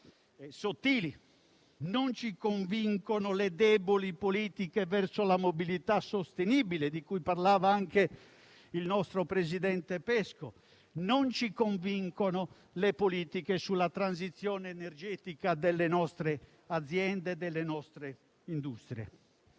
sottili, non ci convincono le deboli politiche verso la mobilità sostenibile, di cui parlava anche il nostro presidente Pesco, non ci convincono le politiche sulla transizione energetica delle nostre aziende e delle nostre industrie,